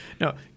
No